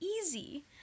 easy